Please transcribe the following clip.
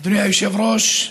אדוני היושב-ראש,